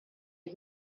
you